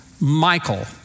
Michael